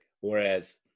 whereas